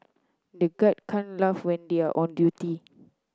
the guard can't laugh when they are on duty